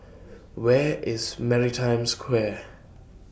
Where IS Maritime Square